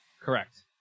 Correct